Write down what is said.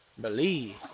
believe